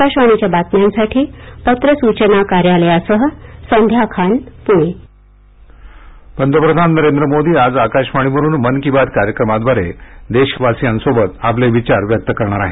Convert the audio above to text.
आकाशवाणीच्या बातम्यांसाठी पत्र सूचना कार्यालयासह संध्या खान पुणे मन की बात पंतप्रधान आज आकाशवाणीवरुन मन की बात कार्यक्रमाद्वारे देशवासियांसोबत आपले विचार व्यक्त करणार आहेत